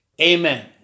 Amen